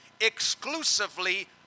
exclusively